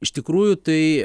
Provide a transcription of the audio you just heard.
iš tikrųjų tai